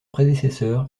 prédécesseur